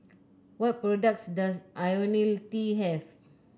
what products does IoniL T have